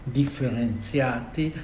differenziati